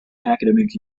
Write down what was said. academic